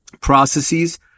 processes